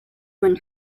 when